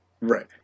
Right